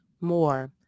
more